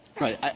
Right